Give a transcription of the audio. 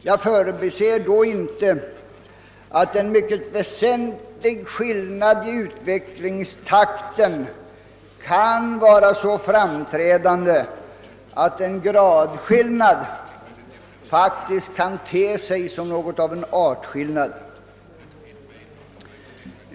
Jag förbiser då inte att en mycket väsentlig skillnad i utvecklingstakten kan vara så framträdande att en gradskillnad faktiskt kan te sig som något .av en artskillnad.